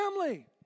family